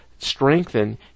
strengthen